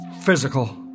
physical